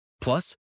Plus